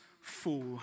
fool